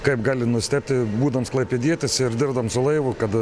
kaip gali nustebti būdams klaipėdietis ir dirbdams su laivu kad